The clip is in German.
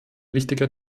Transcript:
wichtiger